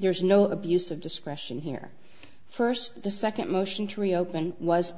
there is no abuse of discretion here first the second motion to reopen was